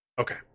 Okay